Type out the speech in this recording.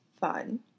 fun